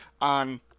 on